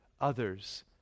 others